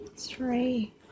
Three